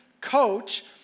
coach